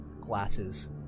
glasses